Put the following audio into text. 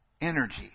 energy